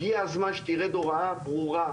הגיע הזמן שתרד הוראה ברורה,